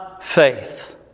faith